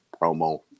promo